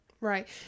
Right